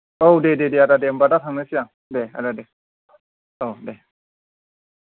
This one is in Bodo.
औ दे दे आदा होम्बा दा थांनोसै आं दे आदा दे औ दे